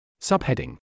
Subheading